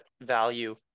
value